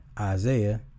Isaiah